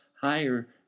higher